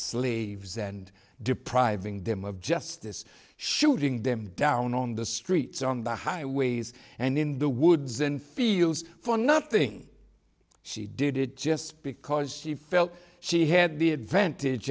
sleeves and depriving them of justice shooting them down on the streets on the highways and in the woods and fields for nothing she did it just because she felt she had the advantage